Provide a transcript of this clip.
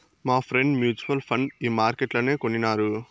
మాఫ్రెండ్ mutual fund ఈ మార్కెట్లనే కొనినారు